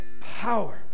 power